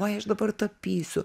oi aš dabar tapysiu